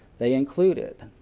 they included